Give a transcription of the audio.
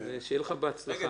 שיהיה לך בהצלחה.